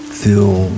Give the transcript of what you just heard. feel